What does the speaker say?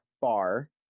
bar